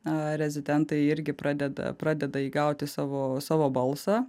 na rezidentai irgi pradeda pradeda įgauti savo savo balsą